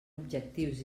objectius